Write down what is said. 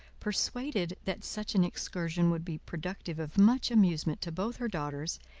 persuaded that such an excursion would be productive of much amusement to both her daughters,